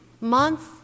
month